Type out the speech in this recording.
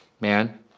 Man